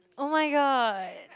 oh my god